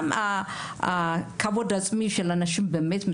גם הכבוד עצמי של אנשים באמת,